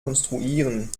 konstruieren